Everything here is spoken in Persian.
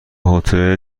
هتل